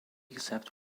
except